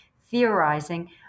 theorizing